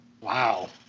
Wow